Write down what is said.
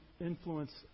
influence